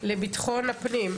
לביטחון הפנים.